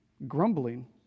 grumbling